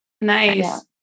Nice